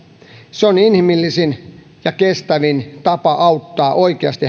se on inhimillisin ja kestävin tapa auttaa oikeasti